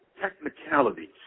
Technicalities